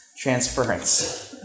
Transference